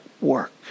work